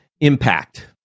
impact